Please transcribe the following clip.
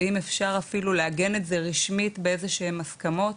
ואם אפשר אפילו לעגן את זה רשמית באילו שהן הסכמות,